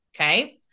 Okay